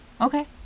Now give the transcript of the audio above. Okay